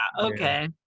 okay